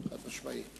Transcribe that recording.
תודה רבה.